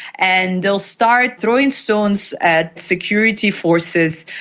and they will start throwing stones at security forces,